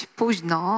późno